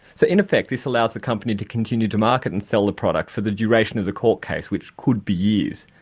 so in effect this allows the company to continue to market and sell the product for the duration of the court case which could be years.